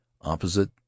Opposite